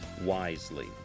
wisely